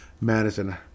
Madison